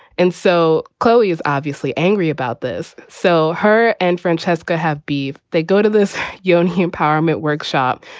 and so chloe is obviously angry about this. so her and francesca have beef. they go to this yoan he empowerment workshop.